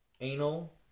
anal